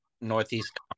Northeast